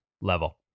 level